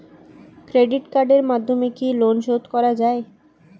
Credit কার্ডের মাধ্যমে কি লোন শোধ করা যায়?